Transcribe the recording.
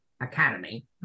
Academy